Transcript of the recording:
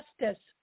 justice